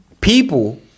people